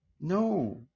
No